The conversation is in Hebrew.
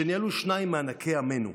ויכוח שניהלו שניים מענקי עמנו,